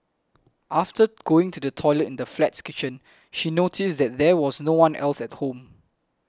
after going to the toilet in the flat's kitchen she noticed that there was no one else at home